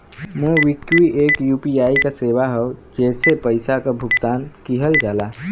MobiKwik एक UPI क सेवा हौ जेसे पइसा क भुगतान किहल जाला